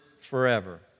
forever